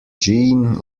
jeanne